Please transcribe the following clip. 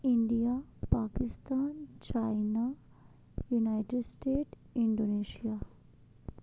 India Pakistan China united state Indonesia